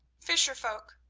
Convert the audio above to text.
fisher-folk,